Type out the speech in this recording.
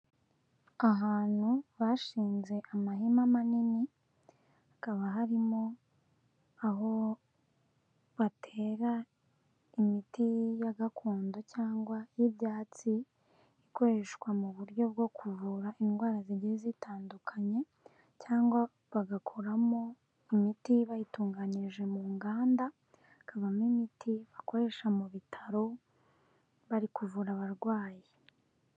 Ahantu bashinze amahema manini hakaba harimo aho batera imiti ya gakondo cyangwa y'ibyatsi ikoreshwa mu buryo bwo kuvura indwara zigiye zitandukanye cyangwa bagakoramo imiti bayitunganyirije mu nganda hakavamo imiti bakoresha mu bitaro bari kuvura abarwayi.